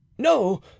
No